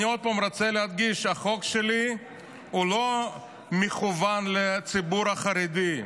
אני רוצה להדגיש שוב החוק שלי לא מכוון לציבור החרדי,